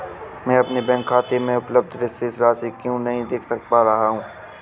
मैं अपने बैंक खाते में उपलब्ध शेष राशि क्यो नहीं देख पा रहा हूँ?